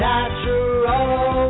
Natural